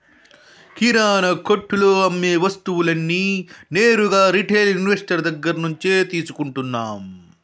కిరణా కొట్టులో అమ్మే వస్తువులన్నీ నేరుగా రిటైల్ ఇన్వెస్టర్ దగ్గర్నుంచే తీసుకుంటన్నం